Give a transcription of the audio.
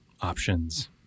options